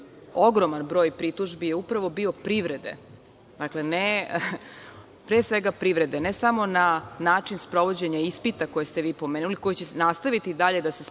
ogroman broj pritužbi je upravo bio pre svega privrede, ne samo na način sprovođenja ispita koje ste vi pomenuli, koji će nastaviti i dalje da se sprovode,